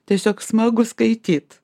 tiesiog smagu skaityt